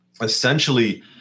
essentially